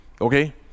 okay